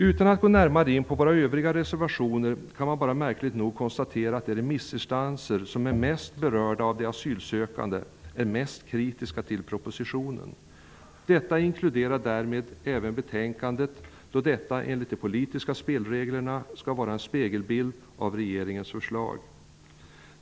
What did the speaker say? Utan att gå närmare in på våra övriga reservationer kan man märkligt nog konstatera att de remissinstanser som är mest berörda av de asylsökande är mest kritiska till propositionen. Detta inkluderar även betänkandet, som enligt de politiska spelreglerna blir en spegelbild av regeringens förslag.